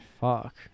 Fuck